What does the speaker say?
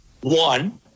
One